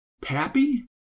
Pappy